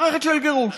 מערכת של גירוש.